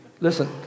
listen